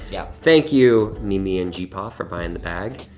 yeah. thank you mimi and g-pa for buying the bag.